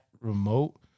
remote